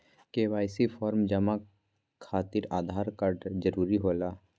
KYC form जमा खातिर Aadhaar card जरूरी होला?